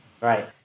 Right